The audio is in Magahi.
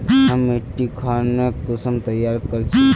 हम मिट्टी खानोक कुंसम तैयार कर छी?